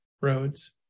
roads